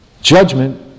Judgment